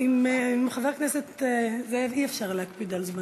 עם חבר הכנסת זאב אי-אפשר להקפיד על זמנים.